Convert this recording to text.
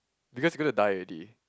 because going to die already